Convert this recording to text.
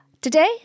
Today